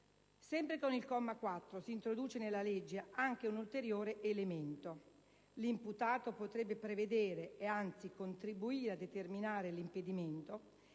Sempre con il comma 4 si introduce nella legge anche un ulteriore elemento. L'imputato potrebbe prevedere e anzi contribuire a determinare l'impedimento